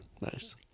Nice